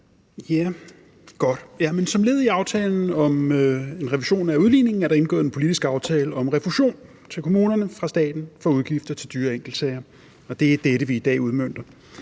Som led i aftalen om en revision af udligningen er der indgået en politisk aftale om refusion til kommunerne fra staten for udgifter til dyre enkeltsager, og det er det, vi i dag udmønter.